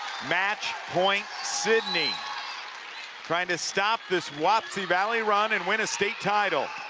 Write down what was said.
match point sidney trying to stop this wapsie valley run and win a state title.